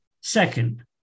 Second